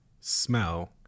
smell